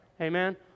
Amen